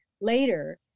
later